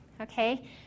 Okay